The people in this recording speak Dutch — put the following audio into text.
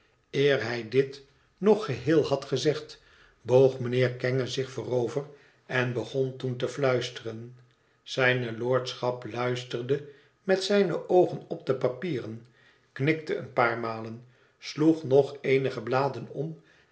eer hij dit nog geheel had gezegd boog mijnheer kenge zich voorover en begon toen te fluisteren zijne lordschap luisterde met zijne oogen op de papieren knikte een paar malen sloeg nog eenige bladen om